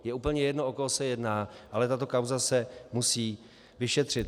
Je úplně jedno, o koho se jedná, ale tato kauza se musí vyšetřit.